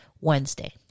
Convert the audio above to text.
Wednesday